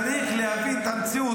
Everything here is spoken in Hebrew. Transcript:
צריך להבין את המציאות.